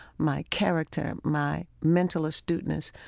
my character, my mental astuteness,